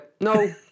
No